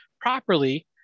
properly